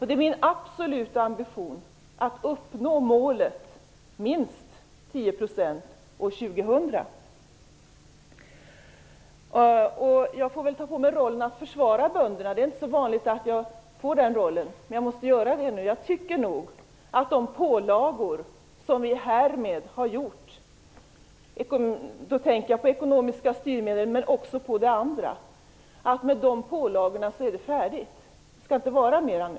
Det är min absoluta ambition att uppnå målet minst 10 % Jag får väl ta på mig rollen att försvara bönderna - det är inte så vanligt att jag har den rollen. Jag tycker nog att det räcker med de pålagor som vi härmed har gjort - jag tänker på ekonomiska styrmedel men också på det andra. Det skall inte vara mera nu.